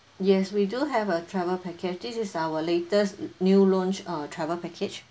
yes we do have a travel package this is our latest new launch uh travel package